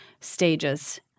stages